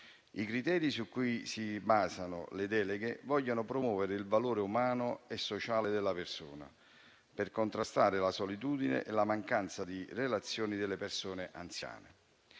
I criteri su cui si basano le deleghe vogliono promuovere il valore umano e sociale della persona, per contrastare la solitudine e la mancanza di relazioni delle persone anziane.